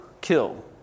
kill